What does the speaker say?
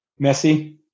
Messi